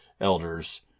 elders